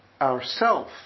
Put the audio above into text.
ourself